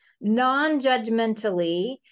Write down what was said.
Non-judgmentally